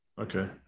Okay